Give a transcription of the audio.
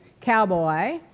cowboy